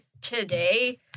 today